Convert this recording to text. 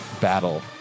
battle